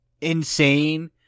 insane